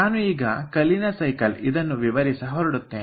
ನಾನು ಈಗ Kalina cycle ಇದನ್ನು ವಿವರಿಸ ಹೊರಡುತ್ತೇನೆ